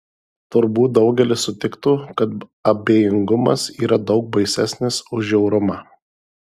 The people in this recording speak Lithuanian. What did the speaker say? turbūt daugelis sutiktų kad abejingumas yra daug baisesnis už žiaurumą